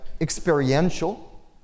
experiential